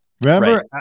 Remember